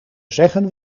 zeggen